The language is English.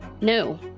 No